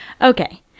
Okay